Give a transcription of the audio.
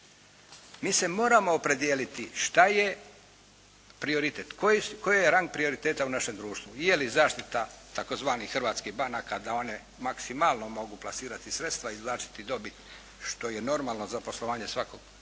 Mi se moramo opredijeliti šta je prioritet, koji je rang prioriteta u našem društvu. Je li zaštita tzv. hrvatskih banaka da one maksimalno mogu plasirati sredstva i izvlačiti dobit što je normalno za poslovanje svakog poduzeća